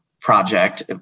project